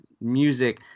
music